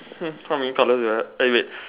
hmm how many colors do I have eh wait